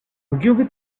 ogilvy